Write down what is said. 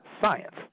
science